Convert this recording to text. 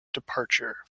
departure